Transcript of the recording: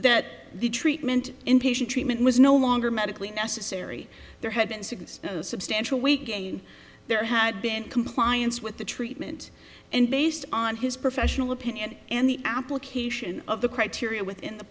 that the treatment inpatient treatment was no longer medically necessary there had been since no substantial weight gain there had been compliance with the treatment and based on his professional opinion and the application of the criteria within the